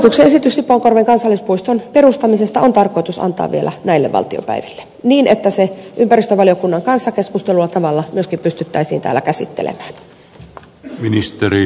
hallituksen esitys sipoonkorven kansallispuiston perustamisesta on tarkoitus antaa vielä näille valtiopäiville niin että se ympäristövaliokunnan kanssa keskustellulla tavalla myöskin pystyttäisiin täällä käsittelemään